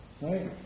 right